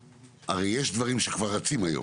הרי יש דברים שכבר רצים היום,